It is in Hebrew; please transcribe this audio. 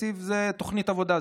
תקציב זה תוכנית עבודה,